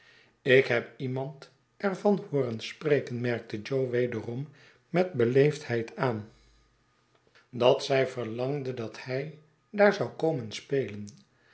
ik heb iemand er van hooren spreken merkte jo wederom met beleefdheid aan dat zij verlangde dat hij daar zou komen spelen